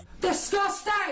Disgusting